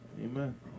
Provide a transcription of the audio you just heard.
Amen